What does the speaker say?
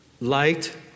light